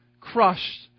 crushed